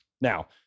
Now